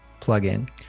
plugin